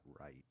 right